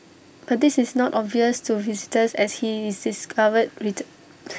but this is not obvious to visitors as he discovered reat